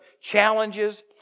challenges